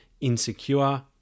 insecure